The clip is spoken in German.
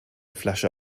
flasche